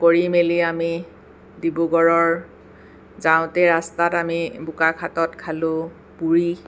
কৰি মেলি আমি ডিব্ৰুগড়ৰ যাওঁতেই ৰাস্তাত আমি বোকাখাতত খালোঁ পুৰি